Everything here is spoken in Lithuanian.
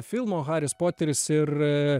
filmo haris poteris ir